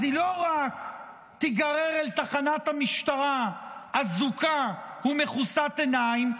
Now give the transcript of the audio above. אז היא לא רק תיגרר אל תחנת המשטרה אזוקה ומכוסת עיניים,